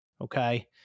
okay